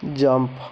jump